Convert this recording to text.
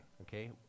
Okay